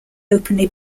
openly